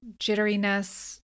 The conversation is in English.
jitteriness